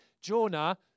Jonah